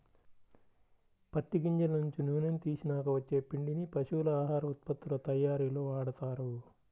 పత్తి గింజల నుంచి నూనెని తీసినాక వచ్చే పిండిని పశువుల ఆహార ఉత్పత్తుల తయ్యారీలో వాడతారు